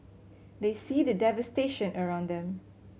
they see the devastation around them